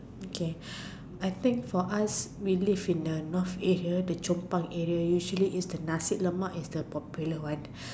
okay I think for us we live in the North area we live in the Chompang area usually the Nasi-Lemak is the most popular one